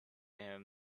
him